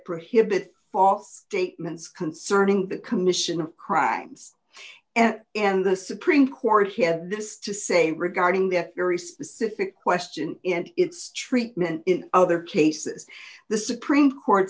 prohibit false statements concerning the commission of crimes and in the supreme court he had this to say regarding the very specific question in its treatment in other cases the supreme court